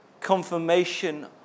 confirmation